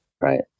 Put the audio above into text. right